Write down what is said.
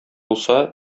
булса